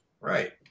Right